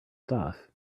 stuff